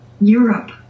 Europe